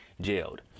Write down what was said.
jailed